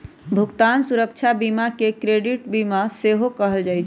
भुगतान सुरक्षा बीमा के क्रेडिट बीमा सेहो कहल जाइ छइ